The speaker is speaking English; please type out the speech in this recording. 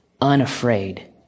unafraid